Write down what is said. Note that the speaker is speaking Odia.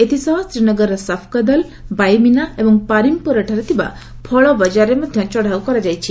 ଏଥିସହ ଶୀନଗରର ସଫକଦଲ ବାଇମିନା ଏବଂ ପାରିମ୍ପୋରାଠାରେ ଥିବା ଫଳ ବକ୍କାରରେ ମଧ୍ୟ ଚଢ଼ାଉ କରାଯାଇଛି